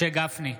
משה גפני,